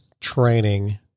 training